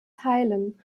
heilen